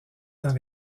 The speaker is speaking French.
dans